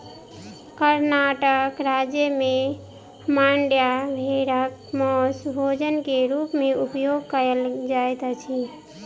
कर्णाटक राज्य में मांड्या भेड़क मौस भोजन के रूप में उपयोग कयल जाइत अछि